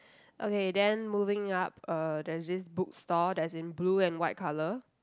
okay then moving up uh there's this bookstore that's in blue and white colour